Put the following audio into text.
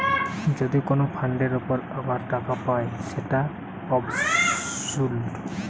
যদি কোন ফান্ডের উপর আবার টাকা পায় যেটা অবসোলুট